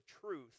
truth